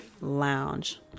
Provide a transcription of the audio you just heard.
Lounge